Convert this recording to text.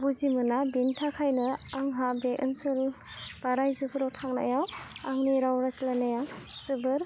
बुजि मोना बिनि थाखायनो आंहा बे ओनसोल बा रायजोफोराव थांनायाव आंनि राव रायज्लायनाया जोबोर